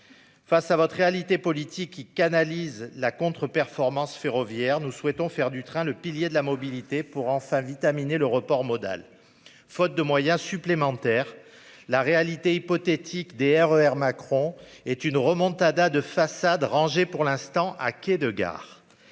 Face à votre réalité politique, qui canalise la contre-performance ferroviaire, nous souhaitons faire du train le pilier de la mobilité pour enfin vitaminer le report modal. Faute de moyens supplémentaires, la réalité hypothétique des « RER Macron » est une « remontada » de façade, rangée pour l'instant à quai de gare.